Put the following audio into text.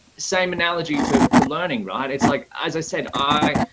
same analogy to to learning, right? it's like, as i said, i,